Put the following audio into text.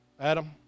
Adam